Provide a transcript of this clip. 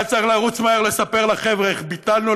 היה צריך לרוץ מהר לספר לחבר'ה איך ביטלנו